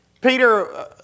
Peter